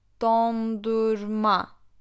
dondurma